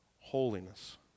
holiness